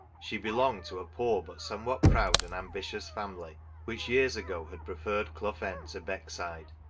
she belonged to a poor but some what proud and ambitious family which years ago had preferred clough end to beckside,